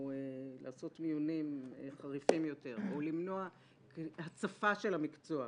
לעשות מיונים חריפים יותר או למנוע הצפה של המקצוע,